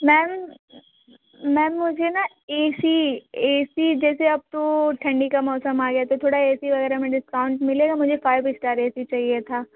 ma'am ma'am मुझे ना A C A C जैसे अब तो ठंडी का मौसम आ गया तो थोड़ा ए सी वग़ैरह में डिस्काउंट मिलेगा मुझे फाइव इस्टार ए सी चाहिए था